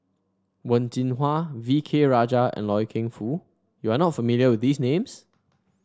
Wen Jinhua V K Rajah and Loy Keng Foo you are not familiar with these names